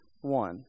one